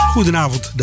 Goedenavond